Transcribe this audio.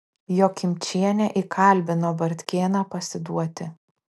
jokimčienė įkalbino bartkėną pasiduoti